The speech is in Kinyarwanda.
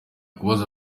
kubaza